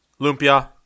lumpia